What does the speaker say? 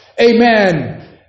amen